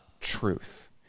truth